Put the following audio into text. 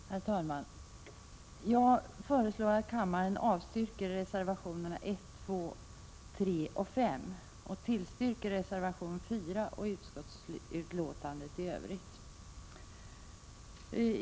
Herr talman! Jag föreslår att kammaren avslår reservationerna 1, 2,3 och 5 och bifaller reservation 4 och utskottets hemställan i övrigt.